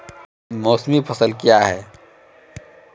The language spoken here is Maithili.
मौसमी फसल क्या हैं?